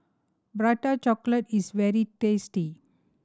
Prata Chocolate is very tasty